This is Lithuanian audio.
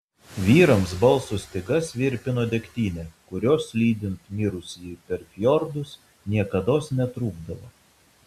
vyrams balso stygas virpino degtinė kurios lydint mirusįjį per fjordus niekados netrūkdavo